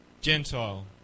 Gentile